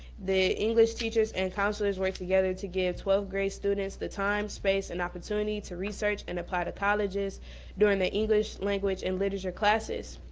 the english teachers and counselors worked together to give twelfth grade students the time, space, and opportunity to research and apply to colleges during their english language and literature classes.